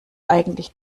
eigentlich